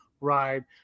ride